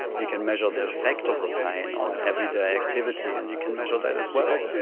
you can measure the effect of the pain on everyday activity, and you can measure that as well.